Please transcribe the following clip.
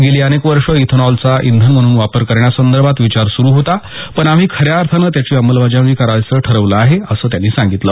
गेली अनेक वर्षं इथेनॉलचा इंधन म्हणून वापर करण्यासंदर्भात विचार सुरु होता पण आम्ही खऱ्या अर्थानं त्याची अंमलबजावणी करायचं ठरवलं आहे असं त्यांनी सांगितलं